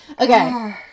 Okay